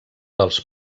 dels